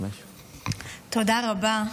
תודה רבה.